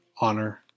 honor